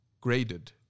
graded